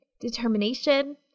determination